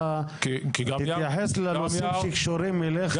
תתייחס לנושאים שקשורים אליך,